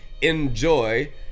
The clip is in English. enjoy